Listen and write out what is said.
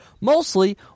Mostly